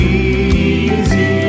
easy